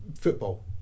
football